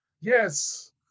Yes